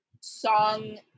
song